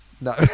no